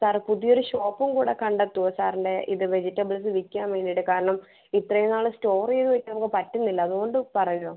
sir പുതിയൊരു ഷോപ്പുംകൂടെ കണ്ടെത്തോ സാറിൻ്റെ ഇത് വെജിറ്റബിൾസ് വിൽക്കാൻ വേണ്ടിയിട്ട് കാരണം ഇത്രയും നാള് സ്റ്റോറ് ചെയ്ത് വെക്കാൻ നമുക്ക് പറ്റുന്നില്ല അതുകൊണ്ട് പറയുവ